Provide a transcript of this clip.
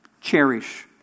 cherish